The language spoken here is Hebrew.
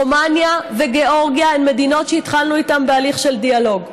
רומניה וגאורגיה הן מדינות שהתחלנו איתן בהליך של דיאלוג.